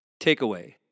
Takeaway